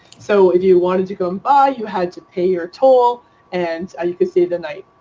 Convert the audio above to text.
so if you wanted to come by, you had to pay your toll and you can stay the night.